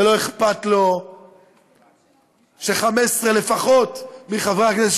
ולא אכפת לו ש-15 לפחות מחברי הכנסת